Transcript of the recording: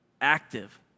Active